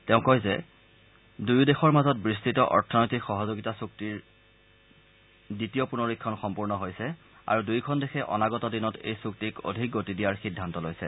তেওঁ কয় যে দুয়ো দেশৰ মাজত বিস্তৃত অৰ্থনৈতিক সহযোগিতা চুক্তিৰ দ্বিতীয় পুনৰীক্ষণ সম্পূৰ্ণ হৈছে আৰু দুয়োখন দেশে অনাগত দিনত এই চুক্তিক অধিক গতি দিয়াৰ সিদ্ধান্ত লৈছে